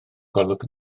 golwg